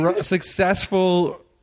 successful